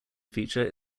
feature